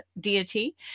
deity